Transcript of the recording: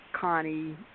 Connie